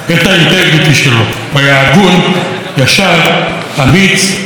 הוא היה הגון, ישר, אמיץ, חכם.